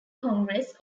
congress